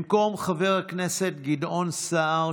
במקום חבר הכנסת גדעון סער,